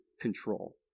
control